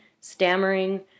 stammering